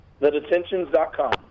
TheDetentions.com